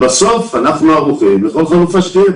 אנחנו ערוכים לכל חלופה שתהיה.